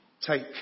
Take